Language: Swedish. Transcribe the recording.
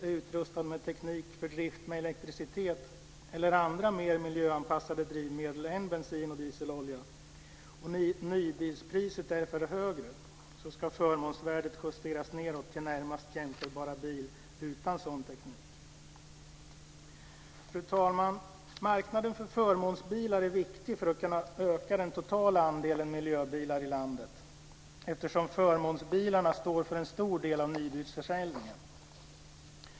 är utrustad med teknik för drift med elektricitet eller andra mer miljöanpassade drivmedel än bensin och dieselolja och nybilspriset därför är högre, ska förmånsvärdet justeras nedåt till närmast jämförbara bil utan sådan teknik. Fru talman! Marknaden för förmånsbilar är viktig för att kunna öka den totala andelen miljöbilar i landet eftersom förmånsbilarna står för en stor del av nybilsförsäljningen.